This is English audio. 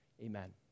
Amen